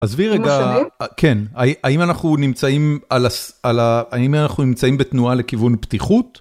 עזבי רגע, כן, האם אנחנו נמצאים בתנועה לכיוון פתיחות?